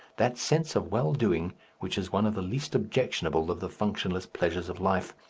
that sense of well-doing which is one of the least objectionable of the functionless pleasures of life.